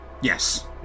Yes